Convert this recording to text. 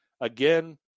again